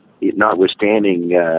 notwithstanding